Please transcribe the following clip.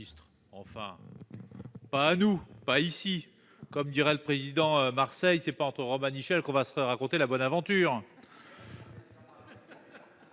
d'État, pas à nous, pas ici ! Comme dirait le président Marseille, ce n'est pas entre romanichels qu'on se raconte la bonne aventure